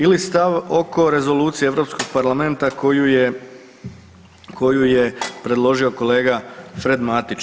Ili stav oko rezolucije Europskog parlamenta koju je predložio kolega Fred Matić.